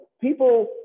people